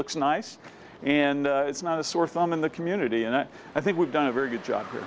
looks nice and it's not a sore thumb in the community and i think we've done a very good job